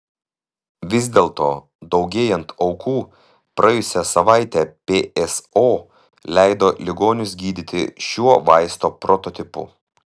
vis dėlto daugėjant aukų praėjusią savaitę pso leido ligonius gydyti šiuo vaisto prototipu